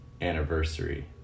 anniversary